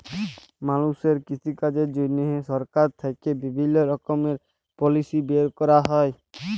মালুষের কৃষিকাজের জন্হে সরকার থেক্যে বিভিল্য রকমের পলিসি বের ক্যরা হ্যয়